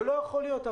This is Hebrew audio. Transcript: זה לא יכול להיות.